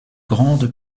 grande